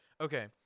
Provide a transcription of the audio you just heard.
Okay